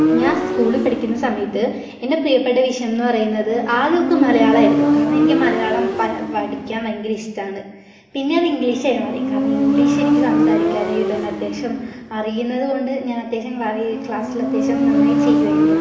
ഞാൻ സ്കൂളിൽ പഠിക്കുന്ന സമയത്ത് എൻ്റെ പ്രിയപ്പെട്ട വിഷയം എന്ന് പറയുന്നത് ആദ്യമൊക്കെ മലയാളമായിരുന്നു കാരണം എനിക്ക് മലയാളം പഠിക്കാൻ ഭയങ്കര ഇഷ്ടമാണ് പിന്നെ അത് ഇംഗ്ലീഷ് ആയി മാറി കാരണം ഇംഗ്ലീഷ് എനിക്ക് സംസാരിക്കുവാനും എഴുതുവാനും അത്യാവശ്യം അറിയുന്നതുകൊണ്ട് ഞാൻ അത്യാവശ്യം ക്ലാസ്സിലത്യാവശ്യം നന്നായി ചെയ്യുമായിരുന്നു